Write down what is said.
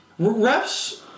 Refs